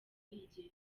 yigendera